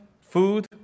food